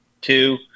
two